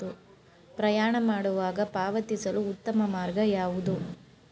ಪ್ರಯಾಣ ಮಾಡುವಾಗ ಪಾವತಿಸಲು ಉತ್ತಮ ಮಾರ್ಗ ಯಾವುದು?